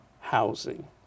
housing